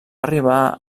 arribar